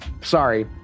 Sorry